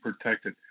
protected